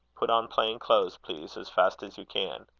put on plain clothes, please, as fast as you can.